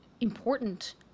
important